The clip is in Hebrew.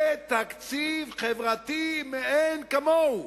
זה תקציב חברתי מאין כמוהו.